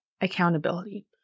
accountability